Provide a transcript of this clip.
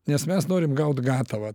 nes mes norim gaut gatavą